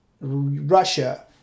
Russia